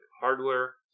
hardware